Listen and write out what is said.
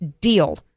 deal